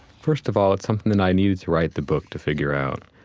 first of all, it's something that i needed to write the book to figure out.